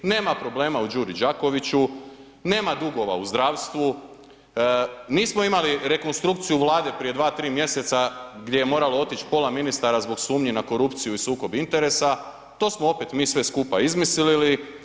Nema problema u Đuri Đakoviću, nema dugova u zdravstvu, nismo imali rekonstrukciju Vlade prije dva, tri mjeseca gdje je moralo otići pola ministara zbog sumnji na korupciju i sukob interesa, to smo opet mi sve to skupa izmislili.